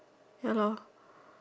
ya lor